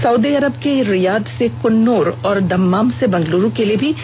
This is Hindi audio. सऊदी अरब के रियाद से कुन्नूर और दम्माम से बेंगलुरू के लिए भी उड़ाने आईं